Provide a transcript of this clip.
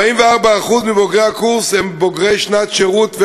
44% מבוגרי הקורס הם בוגרי שנת שירות,